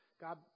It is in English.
God